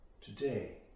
today